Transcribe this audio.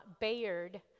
Bayard